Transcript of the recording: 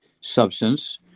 substance